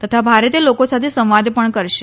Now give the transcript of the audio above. તથા ભારતીય લોકો સાથે સંવાદ પણ કરશે